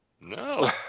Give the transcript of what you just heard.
No